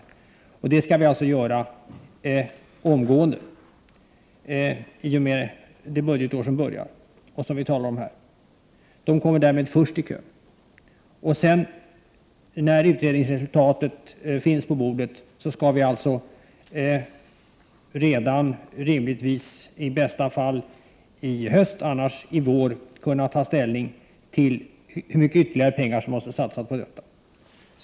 Denna utredning skall alltså göras omgående i och med det budgetår som nu börjar och som vi talar om här. Sådana lokaler kommer därvid först i kön. När utredningsresultatet finns på bordet, i bästa fall i höst, annars i vår, kan vi ta ställning till hur mycket ytterligare pengar som måste satsas.